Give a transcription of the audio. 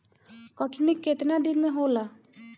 कटनी केतना दिन मे होला?